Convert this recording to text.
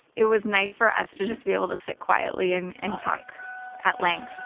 it was nice for us to just be able to sit quietly and and talk at length.